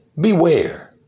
beware